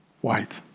white